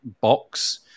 box